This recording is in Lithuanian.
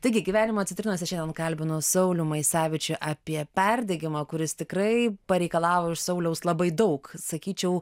taigi gyvenimo citrinose šiandien kalbinu saulių maisevičių apie perdegimą kuris tikrai pareikalavo iš sauliaus labai daug sakyčiau